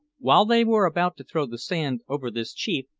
while they were about to throw the sand over this chief,